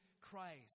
Christ